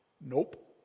Nope